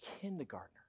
kindergartner